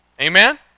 Amen